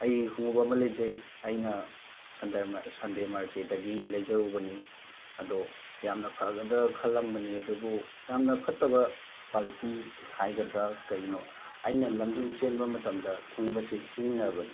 ꯑꯩꯒꯤ ꯈꯨꯡꯎꯞ ꯑꯃ ꯂꯩꯖꯩ ꯑꯩꯅ ꯁꯟꯗꯦ ꯃꯥꯔꯀꯦꯠꯇꯒꯤ ꯂꯩꯖꯔꯨꯕꯅꯤ ꯑꯗꯣ ꯌꯥꯝꯅ ꯐꯒꯗ꯭ꯔꯥ ꯈꯜꯂꯝꯕꯅꯤ ꯑꯗꯨꯕꯨ ꯌꯥꯝꯅ ꯐꯠꯇꯕ ꯀ꯭ꯋꯥꯂꯤꯇꯤ ꯍꯥꯏꯒꯗ꯭ꯔꯥ ꯀꯔꯤꯅꯣ ꯑꯩꯅ ꯂꯝꯖꯦꯟ ꯆꯦꯟꯕ ꯃꯇꯝꯗ ꯈꯨꯡꯎꯞ ꯑꯁꯤ ꯁꯤꯖꯤꯟꯅꯕꯅꯤ